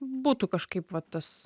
būtų kažkaip va tas